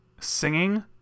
singing